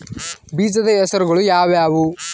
ಬೇಜದ ಹೆಸರುಗಳು ಯಾವ್ಯಾವು?